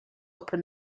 upper